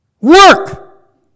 Work